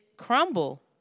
crumble